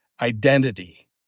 identity